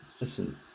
Listen